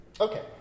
okay